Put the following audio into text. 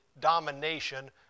domination